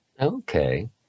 Okay